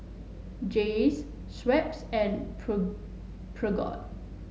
Jays Schweppes and Peugeot